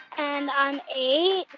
and i'm eight.